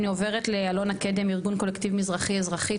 אני עוברת לאלונה קדם ארגון קולקטיב מזרחי-אזרחי,